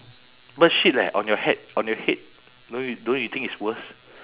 bird shit leh on your head on your head don't you don't you think it's worst